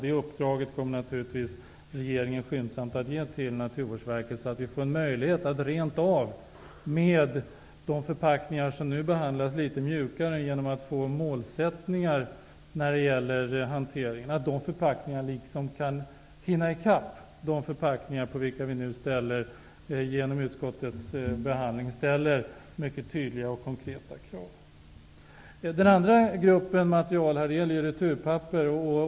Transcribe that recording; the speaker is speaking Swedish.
Det uppdraget kommer regeringen naturligtvis skyndsamt att ge till Naturvårdsverket så att vi får en möjligt att genom att skapa mål låta de förpackningar som nu behandlas litet mjukare liksom hinna i kapp de förpackningar som vi nu genom utskottets skrivning ställer mycket konkreta krav på. Den andra gruppen material utgörs av returpapper.